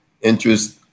interest